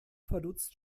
verdutzt